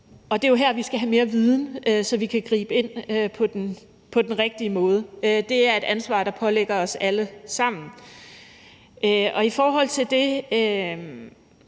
og det er jo her, vi skal have mere viden, så vi kan gribe ind på den rigtige måde. Det er et ansvar, der påhviler os alle sammen. I forhold til det